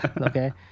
okay